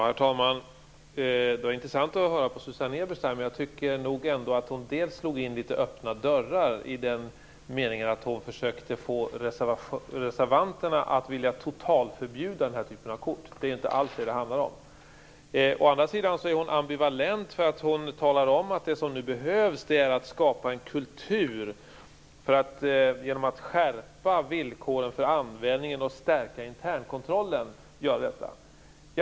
Herr talman! Det var intressant att höra på Susanne Eberstein. Men jag tycker nog att hon slog in öppna dörrar i den meningen att hon försökte få det att verka som om reservanterna ville totalförbjuda den här typen av kort. Det är inte alls detta det handlar om. Hon är dessutom ambivalent. Hon talar om att det som nu behövs är att man skapar en annan kultur genom att skärpa villkoren för användningen och stärka internkontrollen.